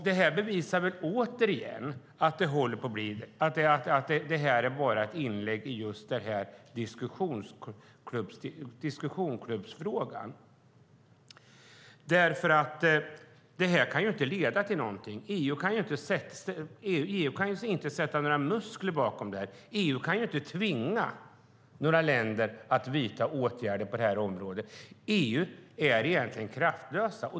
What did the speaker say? Detta bevisar återigen att detta bara är ett inlägg i just denna diskussionsklubb eftersom detta inte kan leda till någonting. EU kan inte sätta några muskler bakom detta, och EU kan inte tvinga några länder att vidta åtgärder på detta område. EU är egentligen kraftlöst.